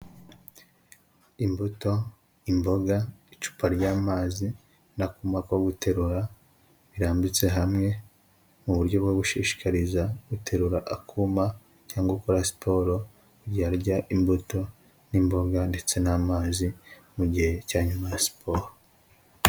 Imbuto, imboga, icupa ry'amazi n'akuma ko guterura birambitse hamwe mu buryo bwo gushishikariza guterura akuma cyangwa gukora siporo yarya imbuto n'imboga ndetse n'amazi mu gihe cya nyuma ya siporo.